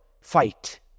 fight